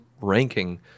ranking